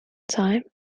time